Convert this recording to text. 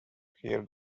here